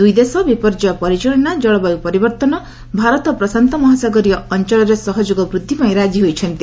ଦୁଇ ଦେଶ ବିପର୍ଯ୍ୟୟ ପରିଚାଳନା ଜଳବାୟୁ ପରିବର୍ତ୍ତନ ଭାରତ ପ୍ରଶାନ୍ତ ମହାସାଗୀୟ ଅଞ୍ଚଳରେ ସହଯୋଗ ବୃଦ୍ଧି ପାଇଁ ରାଜି ହୋଇଛନ୍ତି